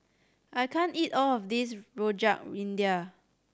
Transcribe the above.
I can't eat all of this Rojak India